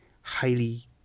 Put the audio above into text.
highly